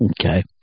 Okay